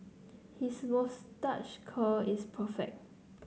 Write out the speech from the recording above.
his moustache curl is perfect